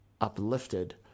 uplifted